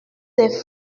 des